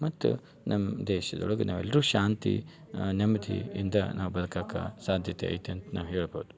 ಮತ್ತು ನಮ್ಮ ದೇಶದೊಳಗೆ ನಾವೆಲ್ಲರು ಶಾಂತಿ ನೆಮ್ಮದಿ ಇಂದ ನಾವು ಬದ್ಕಕ್ಕೆ ಸಾಧ್ಯತೆ ಐತೆ ಅಂತ ನಾವು ಹೇಳ್ಬೋದು